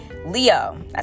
Leo